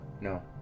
no